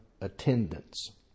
attendance